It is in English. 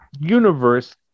universe